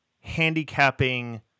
handicapping